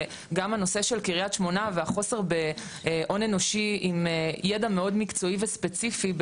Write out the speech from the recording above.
גם הנושא של קריית שמונה והחוסר בהון אנושי עם ידע מאוד מקצועי וספציפי,